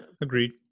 Agreed